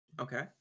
okay